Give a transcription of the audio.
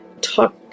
talk